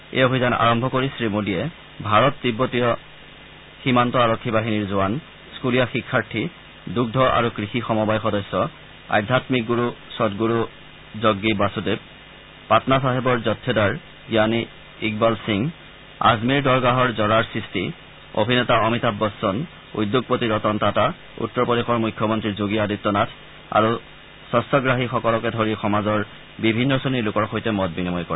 এই অভিযানৰ শুভাৰম্ভ কৰি শ্ৰীমোডীয়ে ভাৰত তিববতীয় সীমান্ত আৰক্ষী বাহিনীৰ জোৱান স্থুলীয়া শিক্ষাৰ্থী দুগ্ধ আৰু কৃষি সমবায় সদস্য আধ্যামিক গুৰু সদ্গুৰু জগগী বাসুদেৱ পাটনা চাহেবৰ জখেদাৰ জানী ইকবাল সিং আজমেৰ দৰগাহৰ জৰাৰ চিষ্টি বিশিষ্ট অভিনেতা অমিতাভ বচ্চন উদ্যোগপতি ৰতন টাটা উত্তৰ প্ৰদেশৰ মুখ্যমন্ত্ৰী যোগী আদিত্য নাথ আৰু স্বচ্ছাগ্ৰাহীসকলকে ধৰি সমাজৰ বিভিন্ন শ্ৰেণীৰ লোকৰ সৈতে মত বিনিময় কৰে